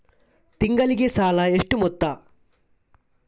ತಿಂಗಳಿಗೆ ಸಾಲ ಎಷ್ಟು ಮೊತ್ತ?